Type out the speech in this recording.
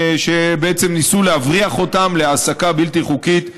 שניסו להבריח אותם להעסקה בלתי חוקית בישראל.